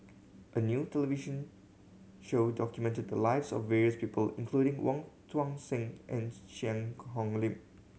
a new television show documented the lives of various people including Wong Tuang Seng and Cheang Hong Lim